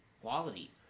quality